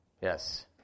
Yes